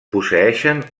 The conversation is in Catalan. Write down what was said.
posseeixen